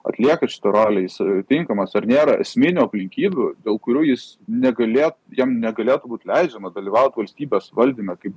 atlieka šitą rolę jis tinkamas ar nėra esminių aplinkybių dėl kurių jis negalė jam negalėtų būt leidžiama dalyvaut valstybės valdyme kaip